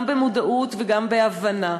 גם במודעות וגם בהבנה,